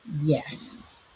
yes